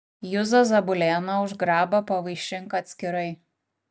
juzą zabulėną už grabą pavaišink atskirai